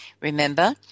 Remember